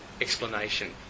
explanation